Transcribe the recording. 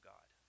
God